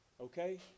Okay